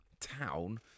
town